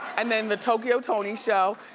and then the tokyo toni show,